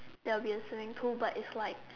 there will be a swimming pool but it's like